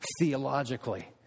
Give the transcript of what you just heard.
Theologically